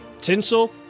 Tinsel